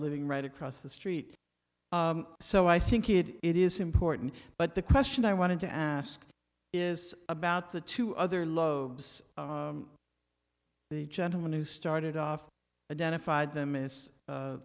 living right across the street so i think it is important but the question i wanted to ask is about the two other lobes the gentleman who started off identified them